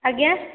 ଆଜ୍ଞା